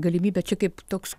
galimybę čia kaip toks